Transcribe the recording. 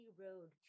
road